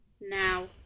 now